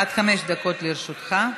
עד חמש דקות לרשותך.